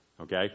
Okay